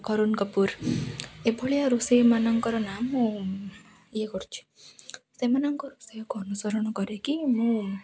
କରୁଣ କପୁର ଏଭଳିଆ ରୋଷେଇଆମାନଙ୍କର ନା ମୁଁ ଇଏ କରୁଛି ସେମାନଙ୍କ ଅନୁସରଣ କରିକି ମୁଁ